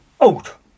out